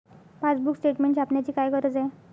Passbook statement छापण्याची काय गरज आहे?